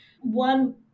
one